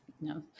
No